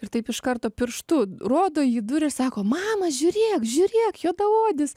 ir taip iš karto pirštu rodo į jį duria ir sako mama žiūrėk žiūrėk juodaodis